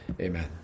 Amen